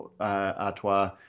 Artois